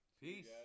Peace